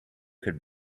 could